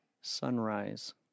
Sunrise